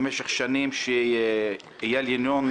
שבמשך שנים כשאייל ינון,